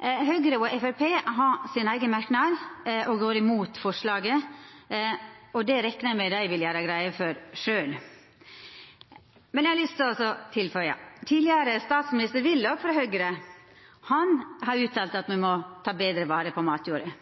Høgre og Framstegspartiet har sine eigne merknader og går imot forslaget. Det reknar eg med at dei vil gjera greie for sjølve. Men eg har lyst til å tilføya: Tidlegare statsminister Willoch frå Høgre har uttalt at me må ta betre vare på matjorda.